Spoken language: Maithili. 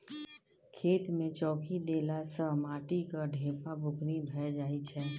खेत मे चौकी देला सँ माटिक ढेपा बुकनी भए जाइ छै